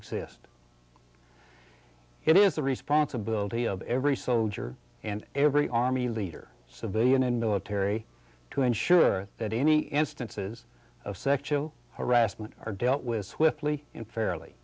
exist it is the responsibility of every soldier and every army leader civilian and military to ensure that any instances of sexual harassment are dealt with swiftly in fairly